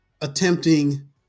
attempting